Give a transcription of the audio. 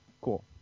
Cool